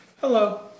Hello